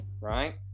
right